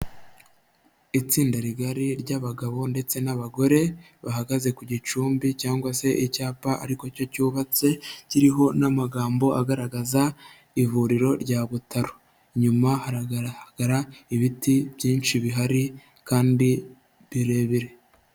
Itsinda rigari ry'abagabo ndetse n'abagore bahagaze ku gicumbi cyangwa se icyapa ariko cyo cyubatse, kiriho n'amagambo agaragaza ivuriro rya Butaro, inyuma hagaragara ibiti byinshi bihari kandi birebire.